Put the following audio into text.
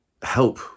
help